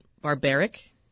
barbaric